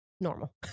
normal